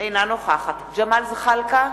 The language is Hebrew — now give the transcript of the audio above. אינה נוכחת ג'מאל זחאלקה,